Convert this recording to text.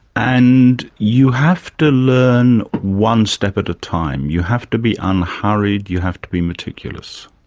and you have to learn one step at a time, you have to be unhurried, you have to be meticulous.